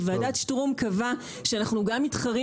כי ועדת שטרום קבעה שאנחנו גם מתחרים